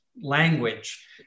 language